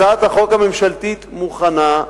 הצעת החוק הממשלתית מוכנה,